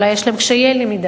אולי יש להם קשיי למידה.